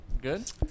Good